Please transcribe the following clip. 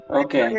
okay